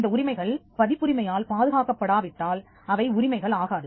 இந்த உரிமைகள் பதிப்புரிமையால் பாதுகாக்கப்படா விட்டால் அவை உரிமைகள் ஆகாது